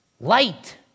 Light